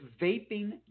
vaping